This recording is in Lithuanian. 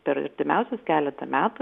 per artimiausius keletą metų